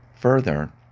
Further